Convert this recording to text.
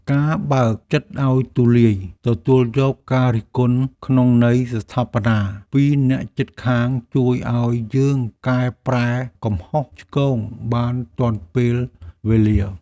ការបើកចិត្តឱ្យទូលាយទទួលយកការរិះគន់ក្នុងន័យស្ថាបនាពីអ្នកជិតខាងជួយឱ្យយើងកែប្រែកំហុសឆ្គងបានទាន់ពេលវេលា។